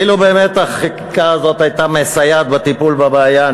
אילו באמת החקיקה הזאת הייתה מסייעת בטיפול בבעיה,